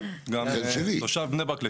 כן, גם תושב בני ברק לשעבר.